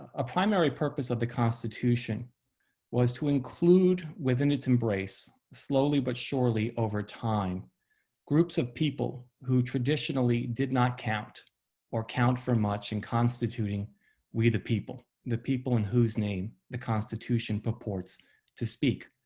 a primary purpose of the constitution was to include within its embrace slowly but surely over time groups of people who traditionally did not count or count for much in constituting we the people, the people in whose name the constitution purports to speak.